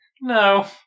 no